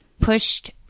pushed